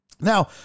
Now